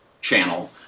channel